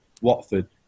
Watford